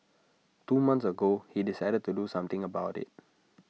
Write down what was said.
two months ago he decided to do something about IT